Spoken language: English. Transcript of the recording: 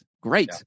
Great